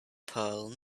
pearl